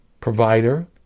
provider